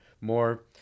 more